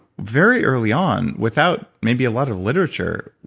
very early on without maybe a lot of literature.